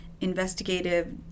investigative